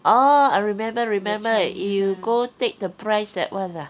oh I remember remember you go take the prize that [one] ah